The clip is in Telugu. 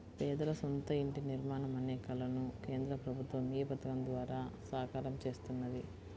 పేదల సొంత ఇంటి నిర్మాణం అనే కలను కేంద్ర ప్రభుత్వం ఈ పథకం ద్వారా సాకారం చేస్తున్నది